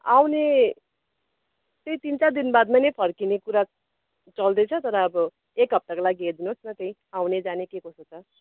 आउने त्यही तिनचार दिनबादमा नै फर्किने कुरा चल्दैछ तर अब एकहप्ताको लागि हेरिदिनुहोस् न त्यही आउने जाने के कसो छ